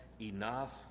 enough